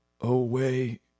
away